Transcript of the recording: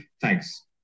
Thanks